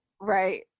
Right